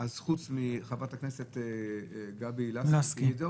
חוץ מחברת הכנסת גבי לסקי,